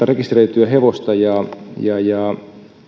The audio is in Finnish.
rekisteröityä hevosta ja ja